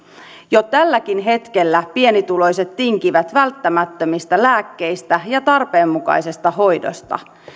jo tälläkin hetkellä pienituloiset tinkivät välttämättömistä lääkkeistä ja tarpeenmukaisesta hoidosta